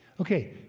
Okay